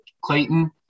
Clayton